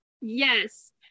yes